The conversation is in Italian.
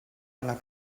alla